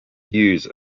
views